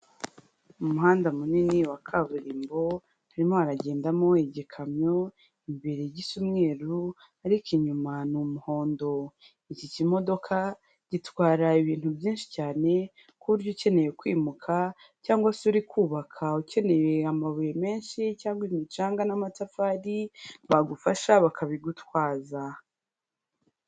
Umuhanda munini wa kaburimbo harimo haragendamo igikamyo imbere gisa umweru ariko inyuma ni umuhondo. Iki kimodoka gitwara ibintu byinshi cyane ku buryo ukeneye kwimuka cyangwa se uri kubaka ukeneye amabuye menshi cyangwa imicanga n'amatafari bagufasha bakabigutwaza.